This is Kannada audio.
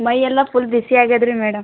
ಮೈ ಎಲ್ಲ ಫುಲ್ ಬಿಸಿಯಾಗಿದೆ ರೀ ಮೇಡಮ್